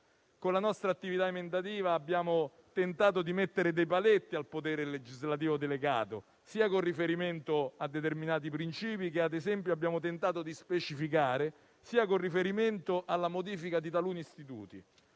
Con la nostra attività emendativa abbiamo tentato di mettere dei paletti al potere legislativo delegato, sia con riferimento a determinati principi che, ad esempio, abbiamo tentato di specificare, sia con riferimento alla modifica di taluni istituti.